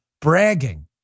bragging